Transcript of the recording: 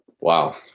Wow